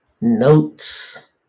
notes